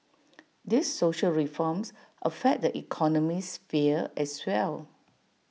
these social reforms affect the economic sphere as well